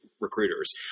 recruiters